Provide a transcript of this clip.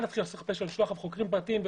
יתחילו לשלוח חוקרים פרטים?